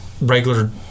regular